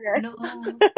No